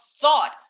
thought